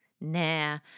Nah